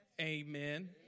Amen